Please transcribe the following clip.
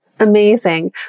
Amazing